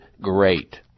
great